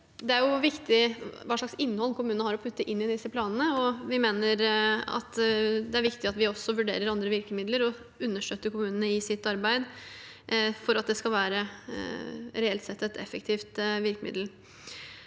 det er viktig hva slags innhold kommunene har å putte inn i disse planene. Vi mener det er viktig at vi også vurderer andre virkemidler og understøtter kommunene i deres arbeid for at det reelt sett skal være et effektivt virkemiddel.